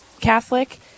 Catholic